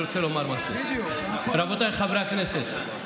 רבותיי חברי הכנסת,